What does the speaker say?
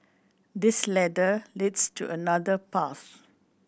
this ladder leads to another path